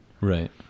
Right